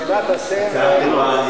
עדיף, אז אל תקלקל לו.